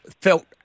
felt